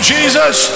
Jesus